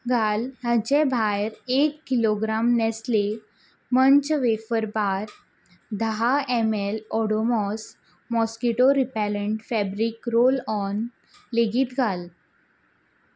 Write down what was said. घाल हाचे भायर एक किलोग्राम नॅस्ले मंच वेर बार धा M L Odomos mosquito repellent fabric roll on लेगीत घाल